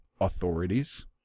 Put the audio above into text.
authorities